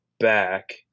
back